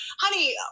Honey